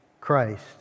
Christ